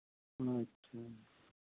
ᱟᱪᱪᱷᱟ